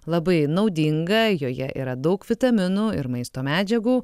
labai naudinga joje yra daug vitaminų ir maisto medžiagų